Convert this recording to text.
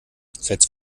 seit